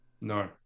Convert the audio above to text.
No